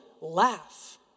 laugh